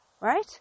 right